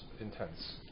intense